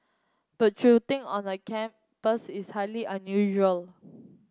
but on a campus is highly unusual